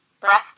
breath